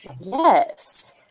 Yes